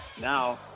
now